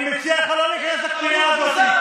אני מציע לך לא להיכנס לפינה הזאת,